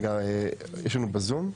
יש לנו מישהו בזום?